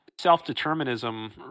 self-determinism